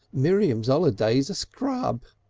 miriam's oliday's a scrub.